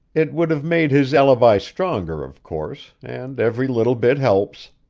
it would have made his alibi stronger, of course, and every little bit helps.